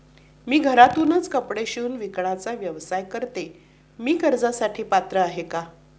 मी घरातूनच कपडे शिवून विकण्याचा व्यवसाय करते, मी कर्जासाठी पात्र आहे का?